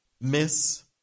miss